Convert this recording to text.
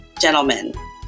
gentlemen